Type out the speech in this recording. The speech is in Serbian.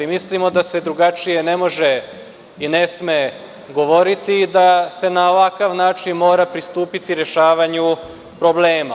Mislimo da se drugačije ne može i ne sme govoriti, da se na ovakav način mora pristupiti rešavanju problema.